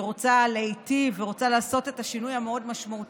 שרוצה להיטיב ורוצה לעשות את השינוי המאוד-משמעותי,